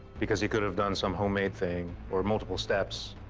because he could've done some homemade thing, or multiple steps,